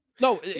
No